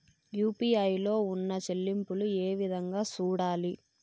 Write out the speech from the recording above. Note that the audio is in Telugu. యు.పి.ఐ లో ఉన్న చెల్లింపులు ఏ విధంగా సూడాలి